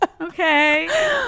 okay